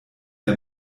der